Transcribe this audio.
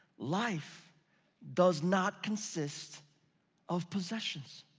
life does not consist of possessions.